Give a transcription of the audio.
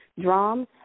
drums